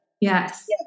yes